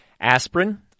aspirin